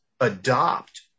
adopt